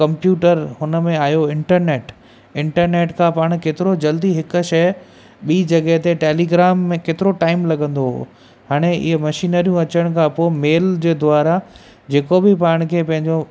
computer हुन में आयो इंटरनेट इंटरनेट खां पाणि केतिरो जल्दी हिक शइ ॿीं जॻह ते टेलीग्राम में केतिरो टाईम लॻंदो हुओ हाणे इहे मशीनरूं अचण खां पोइ मेल जे द्वारा जेको बि पाण खे पंहिंजो